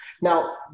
Now